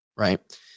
right